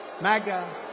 MAGA